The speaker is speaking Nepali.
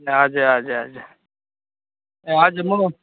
हजुर हजुर हजुर ए हजुर म